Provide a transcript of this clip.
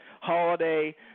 holiday